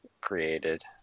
created